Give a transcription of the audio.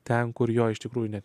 ten kur jo iš tikrųjų net